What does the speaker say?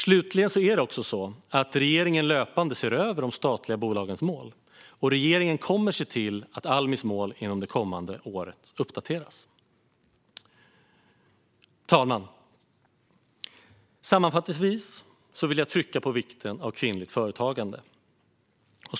Slutligen förhåller det sig så att regeringen löpande ser över de statliga bolagens mål, och regeringen kommer att se till att Almis mål uppdateras inom det kommande året. Fru talman! Sammanfattningsvis vill jag trycka på vikten av kvinnligt företagande.